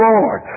Lord